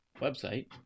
website